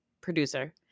Producer